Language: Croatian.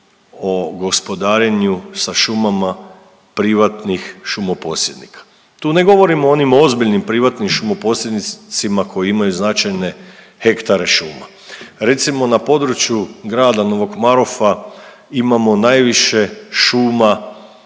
o gospodarenju sa šumama privatnih šumposjednika. Tu ne govorim o onim ozbiljnim privatnim šumoposjednicima koji imaju značajne hektare šuma. Recimo, na području grada Novog Marofa imamo najviše šuma